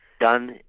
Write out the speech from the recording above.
done